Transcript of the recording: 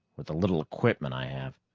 with the little equipment i have.